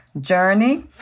journey